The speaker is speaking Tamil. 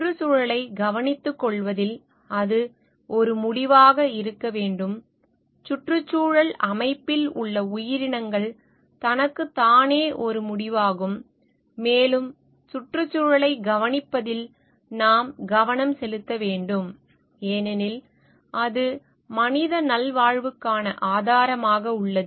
சுற்றுச்சூழலைக் கவனித்துக்கொள்வதில் அது ஒரு முடிவாக இருக்க வேண்டும் சுற்றுச்சூழல் அமைப்பில் உள்ள உயிரினங்கள் தனக்கு தானே ஒரு முடிவாகும் மேலும் சுற்றுச்சூழலைக் கவனிப்பதில் நாம் கவனம் செலுத்த வேண்டும் ஏனெனில் அது மனித நல்வாழ்வுக்கான ஆதாரமாக உள்ளது